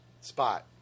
Spot